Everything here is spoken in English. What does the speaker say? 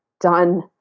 done